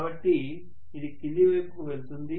కాబట్టి ఇది కింది వైపుకు వెళ్తుంది